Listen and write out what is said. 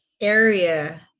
area